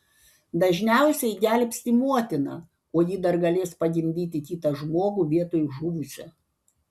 dažniausiai gelbsti motiną o ji dar galės pagimdyti kitą žmogų vietoj žuvusio